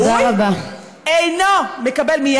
אינו מקבל,